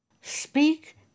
Speak